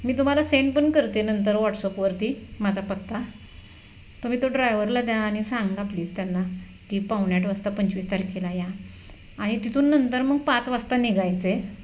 मी तुम्हाला सेंड पण करते नंतर वॉट्सअपवरती माझा पत्ता तुम्ही तो ड्रायव्हरला द्या आणि सांगा प्लीज त्यांना की पावणे आठ वाजता पंचवीस तारखेला या आणि तिथून नंतर मग पाच वाजता निघायचे